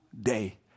day